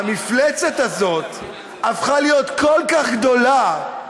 המפלצת הזאת הפכה להיות כל כך גדולה,